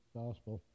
gospel